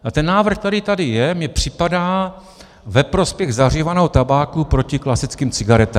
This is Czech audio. A ten návrh, který tady je, mi připadá ve prospěch zahřívaného tabáku proti klasickým cigaretám.